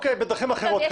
כנראה בדרכים אחרות.